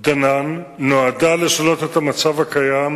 דנן נועדה לשנות את המצב הקיים,